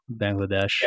Bangladesh